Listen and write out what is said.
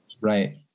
right